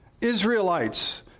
Israelites